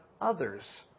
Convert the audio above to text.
others